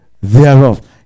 thereof